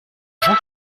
jean